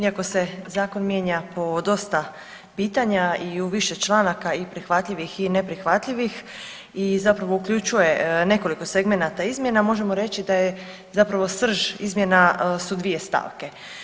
Iako se zakon mijenja po dosta pitanja i u više članaka i prihvatljivih i ne prihvatljivih i zapravo uključuje nekoliko segmenata možemo reći da je, zapravo srž izmjena su dvije stavke.